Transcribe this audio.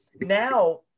now